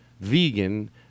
vegan